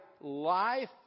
life